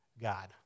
God